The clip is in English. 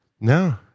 no